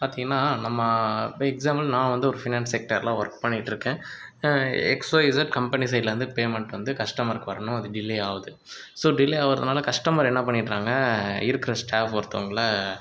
பார்த்திங்கனா நம்ம இப்போ எக்ஸாம்பிள் நான் வந்து ஒரு ஃபினான்ஸ் செக்ட்டாரில் ஒர்க் பண்ணிக்கிட்ருக்கேன் எக்ஸ் ஒய் இசட் கம்பெனி சைடுலிருந்து பேமெண்ட் வந்து கஸ்ட்டமருக்கு வரணும் அது டிலே ஆகுது ஸோ டிலே ஆகிறதுனால கஸ்ட்டமர் என்ன பண்ணிடுறாங்க இருக்கிற ஸ்டாஃப் ஒருத்தங்கள